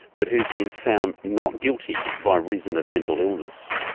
but who've been found not guilty by reason of mental illness.